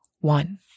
one